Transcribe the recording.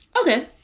Okay